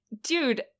dude